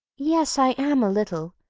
yes, i am, a little,